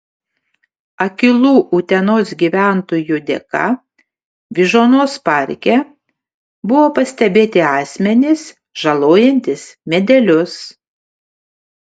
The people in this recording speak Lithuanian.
akylų utenos gyventojų dėka vyžuonos parke buvo pastebėti asmenys žalojantys medelius